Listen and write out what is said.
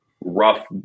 rough